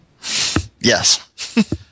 Yes